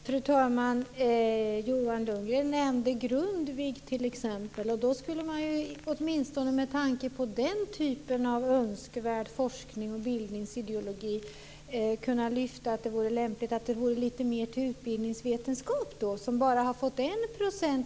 Fru talman! Johan Lönnroth nämnde Grundtvig. Med tanke på den typen av önskvärd forskning och bildningsideologi skulle man ju kunna lyfta fram att det vore lämpligt med lite mer pengar till utbildningsvetenskap. Den har ju bara fått 1 %.